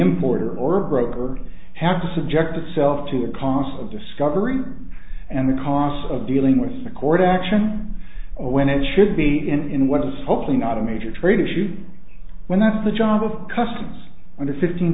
important or broker have to subject itself to a cost of discovery and the cost of dealing with the court action or when it should be in what is hopefully not a major trade issue when that's the job of customs under fifteen